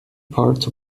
part